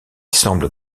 semble